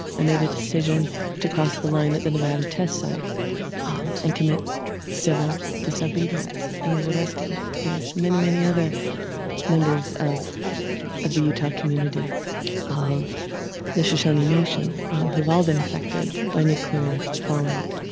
i made a decision to cross the line at the nevada test site um and commit civil disobedience and was arrested with many, many other members of of the utah community of the shoshone nation um who've all been affected by nuclear fallout.